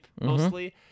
mostly